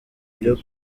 byo